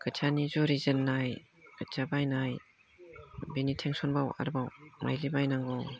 खोथियानि जुरि जेननाय खोथिया बायनाय बेनि टेनसनबाव आरोबाव माइदि बायनांगौ